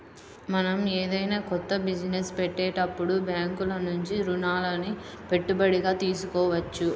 మనం ఏదైనా కొత్త బిజినెస్ పెట్టేటప్పుడు బ్యేంకుల నుంచి రుణాలని పెట్టుబడిగా తీసుకోవచ్చు